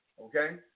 okay